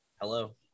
hello